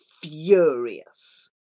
furious